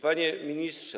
Panie Ministrze!